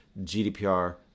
GDPR